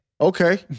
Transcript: Okay